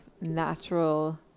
natural